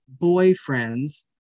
boyfriends